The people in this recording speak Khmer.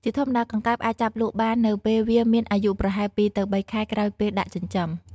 ជាធម្មតា កង្កែបអាចចាប់លក់បាននៅពេលវាមានអាយុប្រហែល ២ ទៅ ៣ ខែ ក្រោយពេលដាក់ចិញ្ចឹម។